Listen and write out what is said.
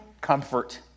comfort